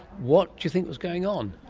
what do you think was going on?